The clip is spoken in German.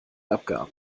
abgab